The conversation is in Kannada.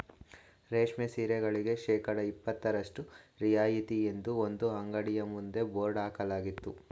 ರೇಷ್ಮೆ ಸೀರೆಗಳಿಗೆ ಶೇಕಡಾ ಇಪತ್ತರಷ್ಟು ರಿಯಾಯಿತಿ ಎಂದು ಒಂದು ಅಂಗಡಿಯ ಮುಂದೆ ಬೋರ್ಡ್ ಹಾಕಲಾಗಿತ್ತು